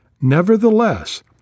nevertheless